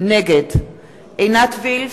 נגד עינת וילף,